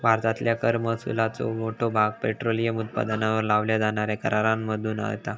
भारतातल्या कर महसुलाचो मोठो भाग पेट्रोलियम उत्पादनांवर लावल्या जाणाऱ्या करांमधुन येता